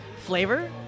flavor